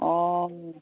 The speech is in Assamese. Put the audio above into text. অঁ